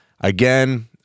Again